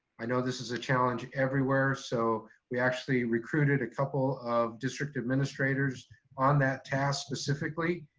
i know this is a challenge everywhere. so we actually recruited a couple of district administrators on that task, specifically,